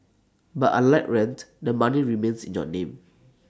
but unlike rent the money remains in your name